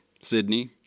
sydney